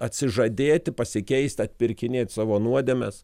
atsižadėti pasikeist atpirkinėt savo nuodėmes